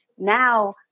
Now